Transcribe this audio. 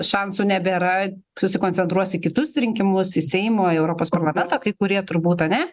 šansų nebėra susikoncentruos į kitus rinkimus į seimo į europos parlamento kai kurie turbūt ane